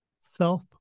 Self